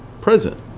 present